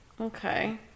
okay